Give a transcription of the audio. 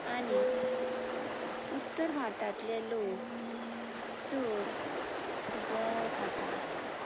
आनी उत्तर भारतांतले लोक चड गंव खाता